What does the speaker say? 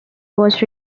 was